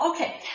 okay